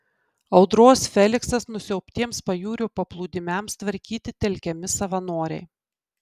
audros feliksas nusiaubtiems pajūrio paplūdimiams tvarkyti telkiami savanoriai